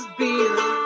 beer